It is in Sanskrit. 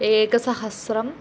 एकसहस्रम्